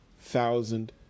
thousand